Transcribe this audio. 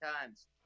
times